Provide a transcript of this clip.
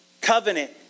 covenant